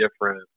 different